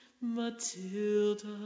Matilda